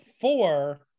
four